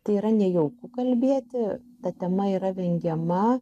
tai yra nejauku kalbėti ta tema yra vengiama